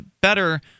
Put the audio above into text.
better